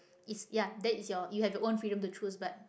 is ya that is your you have your own freedom to choose but